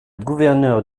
gouverneur